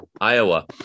Iowa